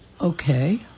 Okay